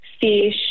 Fish